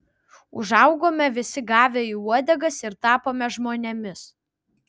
užaugome visi gavę į uodegas ir tapome žmonėmis